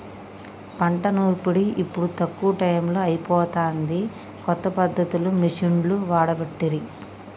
పంట నూర్పిడి ఇప్పుడు తక్కువ టైములో అయిపోతాంది, కొత్త పద్ధతులు మిషిండ్లు వాడబట్టిరి